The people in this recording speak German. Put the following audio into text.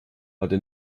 hatte